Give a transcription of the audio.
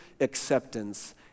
acceptance